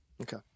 Okay